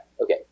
Okay